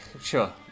sure